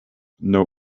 know